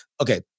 okay